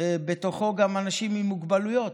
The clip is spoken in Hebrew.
בתוכו גם אנשים עם מוגבלויות,